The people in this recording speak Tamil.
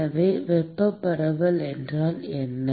எனவே வெப்பப் பரவல் என்றால் என்ன